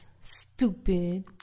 stupid